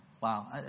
Wow